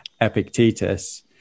Epictetus